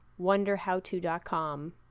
wonderhowto.com